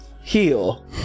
heal